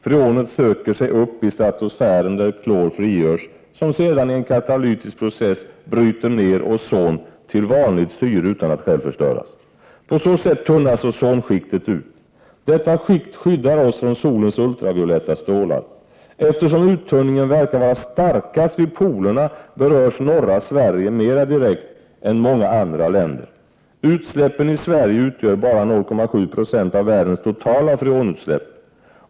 Freonet söker sig upp i stratosfären, där klor frigörs, som sedan i en katalytisk process bryter ner ozon till vanligt syre utan att själv förstöras. På så sätt tunnas ozonskiktet ut. Detta skikt skyddar oss från solens ultravioletta strålar. Eftersom uttunningen verkar vara starkast vid polerna berörs norra Sverige mer direkt än många andra länder. Utsläppen i Sverige utgör bara 0,7 Jo av världens totala freonutsläpp.